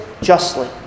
justly